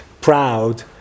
proud